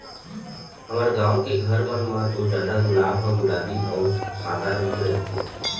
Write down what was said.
हमर गाँव के घर मन म तो जादा गुलाब ह गुलाबी अउ सादा रंग के रहिथे